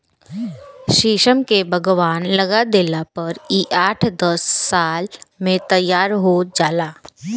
शीशम के बगवान लगा देला पर इ आठ दस साल में तैयार हो जाला